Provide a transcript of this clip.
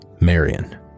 Marion